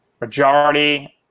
majority